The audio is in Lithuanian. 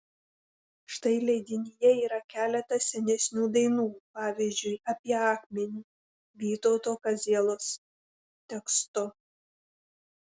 štai leidinyje yra keletas senesnių dainų pavyzdžiui apie akmenį vytauto kazielos tekstu